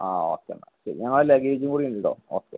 ആ ഓക്കെ എന്നാൽ ശരി ഞങ്ങളെ ലഗേജ് കൂടി ഉണ്ട് കേട്ടോ ഓക്കെ